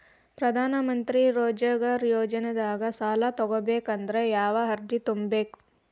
ಪ್ರಧಾನಮಂತ್ರಿ ರೋಜಗಾರ್ ಯೋಜನೆದಾಗ ಸಾಲ ತೊಗೋಬೇಕಂದ್ರ ಯಾವ ಅರ್ಜಿ ತುಂಬೇಕು?